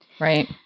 Right